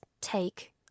take